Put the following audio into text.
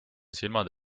silmad